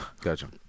Gotcha